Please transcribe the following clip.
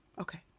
Okay